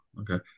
okay